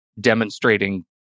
demonstrating